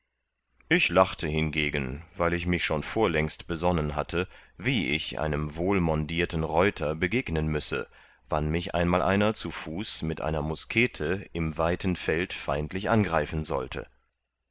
ich lachte hingegen weil ich mich schon vorlängst besonnen hatte wie ich einem wohlmondierten reuter begegnen müsse wann mich einmal einer zu fuß mit einer muskete im weiten feld feindlich angreifen sollte